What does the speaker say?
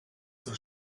zur